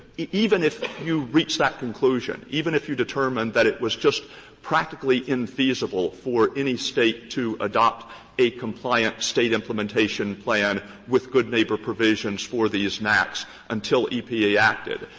even if you reach that conclusion, even if you determine that it was just practically infeasible for any state to adopt a compliant state implementation plan with good neighbor provisions for these naaqs until epa acted,